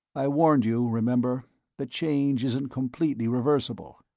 i warned you, remember the change isn't completely reversible.